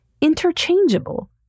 interchangeable